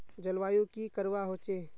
जलवायु की करवा होचे?